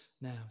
now